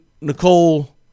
Nicole